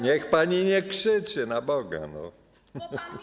Niech pani nie krzyczy, na Boga, no!